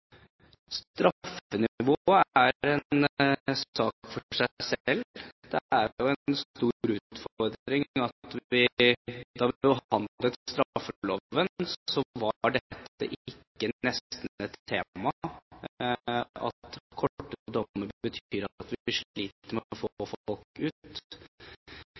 Straffenivået er en sak for seg selv. Det er jo en stor utfordring at dette nesten ikke var et tema da vi behandlet straffeloven, og at korte dommer betyr at vi sliter med å få folk ut.